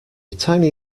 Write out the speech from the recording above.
tiny